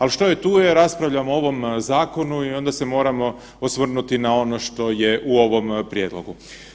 Ali, što je, tu je, raspravljamo o ovom zakonu i onda se moramo osvrnuti na ono što je u ovom prijedlogu.